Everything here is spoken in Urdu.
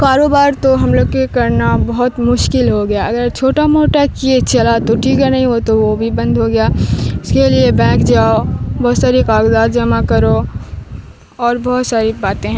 کاروبار تو ہم لوگ کے کرنا بہت مشکل ہو گیا اگر چھوٹا موٹا کیے چلا تو ٹھیک ہے نہیں ہو تو وہ بھی بند ہو گیا اس کے لیے بینک جاؤ بہت ساری کاغذات جمع کرو اور بہت ساری باتیں